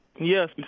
Yes